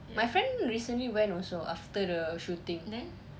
my friend recently went also after the shooting